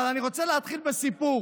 אבל אני רוצה להתחיל בסיפור.